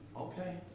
okay